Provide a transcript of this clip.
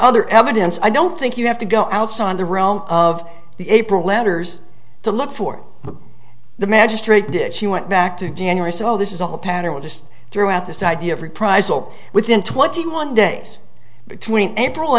other evidence i don't think you have to go outside the realm of the april letters to look for the magistrate did she went back to january so this is a pattern we just threw out this idea of reprisal within twenty one days between april